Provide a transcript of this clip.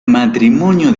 matrimonio